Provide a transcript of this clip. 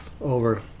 over